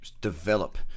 develop